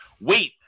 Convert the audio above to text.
wait